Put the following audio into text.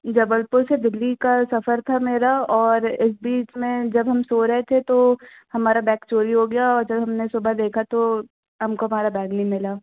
जबलपुर से दिल्ली का सफ़र था मेरा और इस बीच में जब हम सो रहे थे तो हमारा बैग चोरी हो गया औ जब हमने सुबह देखा तो हमको हमारा बैग नहीं मिला